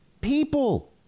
people